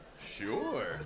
Sure